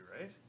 right